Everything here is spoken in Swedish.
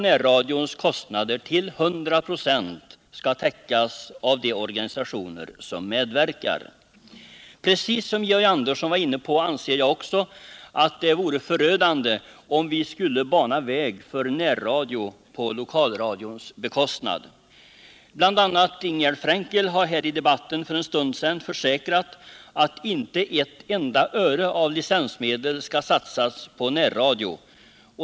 Närradions kostnader skall till 100 96 täckas av de organisationer som medverkar. Som Georg Andersson sade anser jag att det vore förödande om vi skulle bana väg för närradio på lokalradions bekostnad. Bl. a. Ingegärd Frenkel försäkrade för en stund sedan i debatten att inte ett enda öre av licensmedel skall satsas på närradio.